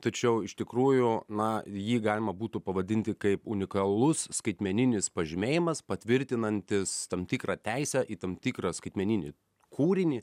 tačiau iš tikrųjų na jį galima būtų pavadinti kaip unikalus skaitmeninis pažymėjimas patvirtinantis tam tikrą teisę į tam tikrą skaitmeninį kūrinį